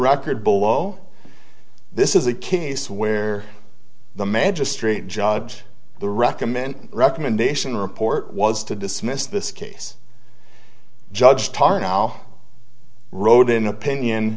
record below this is a case where the magistrate judge the recommend recommendation report was to dismiss this case judge tar now rodin opinion